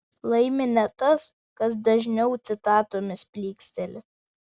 laimi ne tas kas dažniau citatomis plyksteli